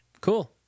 Cool